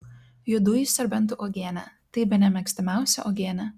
juodųjų serbentų uogienė tai bene mėgstamiausia uogienė